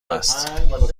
است